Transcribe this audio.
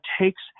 takes